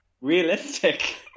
realistic